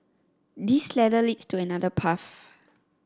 this ladder leads to another path